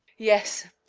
yes,